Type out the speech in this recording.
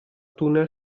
tunnel